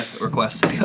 request